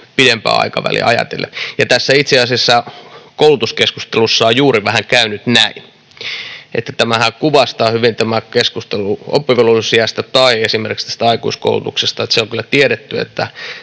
pidempää aikaväliä ajatellen. Itse asiassa tässä koulutuskeskustelussa on juuri käynyt vähän näin. Tätähän kuvastaa hyvin tämä keskustelu oppivelvollisuusiästä tai esimerkiksi tästä aikuiskoulutuksesta: on kyllä tiedetty, että